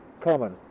common